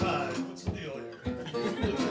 time to